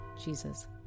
Jesus